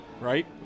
Right